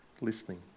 Listening